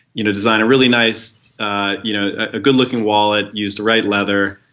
you know design a really nice ah you know a good looking wallet used right leather,